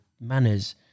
manners